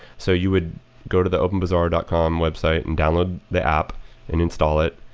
so you would go to the openbazaar dot com website and download the app and install it,